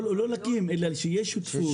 לא להקים, אלא שתהיה שותפות.